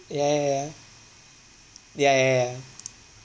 ya ya ya ya ya ya